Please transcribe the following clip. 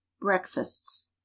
Breakfasts